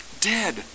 Dead